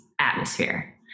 atmosphere